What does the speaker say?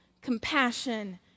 compassion